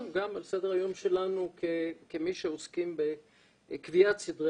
גם על סדר היום שלנו כמי שעוסקים בקביעת סדרי